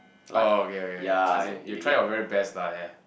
orh okay okay as in you try your very best lah ya